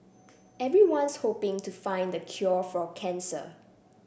everyone's hoping to find the cure for cancer